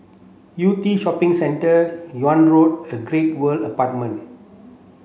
Yew Tee Shopping Centre Yunnan Road and Great World Apartment